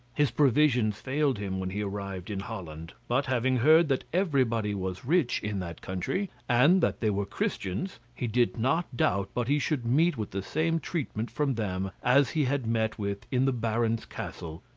his provisions failed him when he arrived in holland but having heard that everybody was rich in that country, and that they were christians, he did not doubt but he should meet with the same treatment from them as he had met with in the baron's castle,